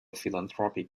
philanthropic